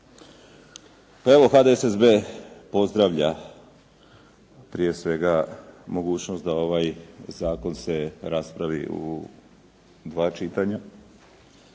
Pa evo HSSB pozdravlja prije svega mogućnost da ovaj zakon se raspravi u dva čitanja.